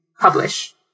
publish